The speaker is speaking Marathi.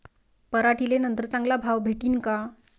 पराटीले नंतर चांगला भाव भेटीन का?